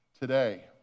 today